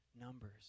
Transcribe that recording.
numbers